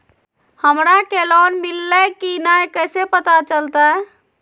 हमरा के लोन मिल्ले की न कैसे पता चलते?